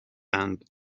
and